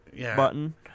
button